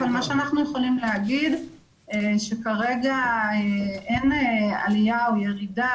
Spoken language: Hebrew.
אבל מה שאנחנו יכולים להגיד שכרגע אין עלייה או ירידה.